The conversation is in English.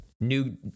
new